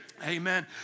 Amen